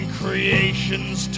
creation's